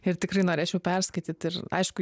ir tikrai norėčiau perskaityt ir aišku